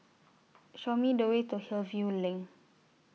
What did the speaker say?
Show Me The Way to Hillview LINK